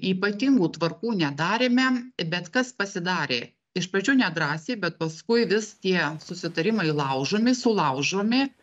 ypatingų tvarkų nedarėme bet kas pasidarė iš pradžių nedrąsiai bet paskui vis tie susitarimai laužomi sulaužomi